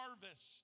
harvest